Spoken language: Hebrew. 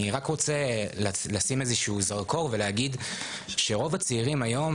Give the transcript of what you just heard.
אני רק רוצה לשים איזשהו זרקור ולהגיד שרוב הצעירים היום,